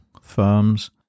firms